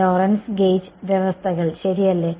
Lorentz gauge വ്യവസ്ഥകൾ ശരിയല്ലേ